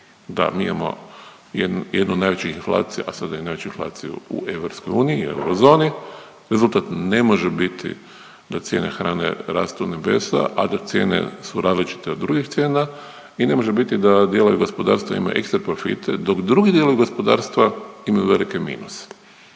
da mi imamo jednu od najvećih inflacija, a sada i najveću inflaciju u EU i eurozoni, rezultat ne može biti da cijene hrane rastu u nebesa, a da cijene su različite od drugih cijena i ne može biti da dijelovi gospodarstva imaju ekstra profite dok drugi dijelovi gospodarstva imaju velike minuse.